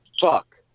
Fuck